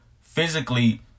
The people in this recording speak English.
physically